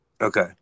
Okay